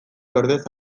ordez